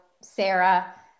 sarah